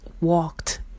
walked